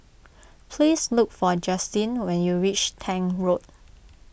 please look for Justyn when you reach Tank Road